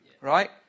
right